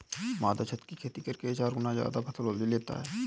माधव छत की खेती करके चार गुना ज्यादा फसल लेता है